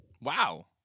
Wow